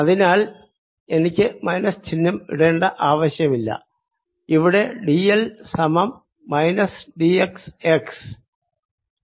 അതിനാൽ എനിക്ക് മൈനസ് ചിഹ്നം ഇടേണ്ട ആവശ്യമില്ല ഇവിടെ d l സമം മൈനസ് d x x